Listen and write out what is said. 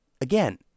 again